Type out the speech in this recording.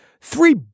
three